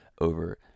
over